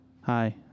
hi